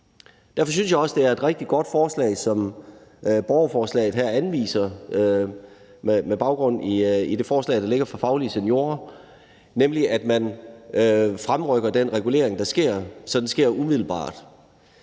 Derfor synes jeg også, det er et rigtig godt forslag, som borgerforslaget her anviser med baggrund i det forslag, der ligger fra Faglige Seniorer, nemlig at man fremrykker den regulering, der sker, så den sker umiddelbart.